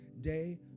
day